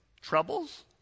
troubles